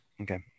Okay